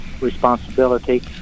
responsibility